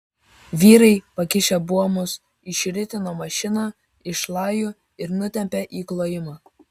vyrai pakišę buomus išritino mašiną iš šlajų ir nutempė į klojimą